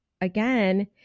again